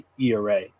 ERA